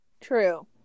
true